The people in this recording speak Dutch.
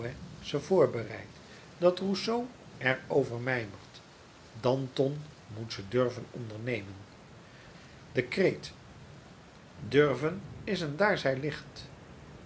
ze voorbereidt dat rousseau er over mijmert danton moet ze durven ondernemen de kreet durven is een daar zij licht